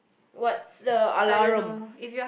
what's a alarum